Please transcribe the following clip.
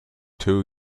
two